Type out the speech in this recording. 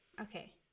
Okay